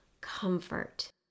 comfort